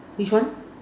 which one